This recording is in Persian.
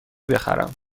بخرم